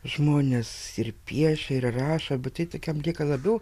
žmonės ir piešia ir rašo bet tai tokiam lieka labiau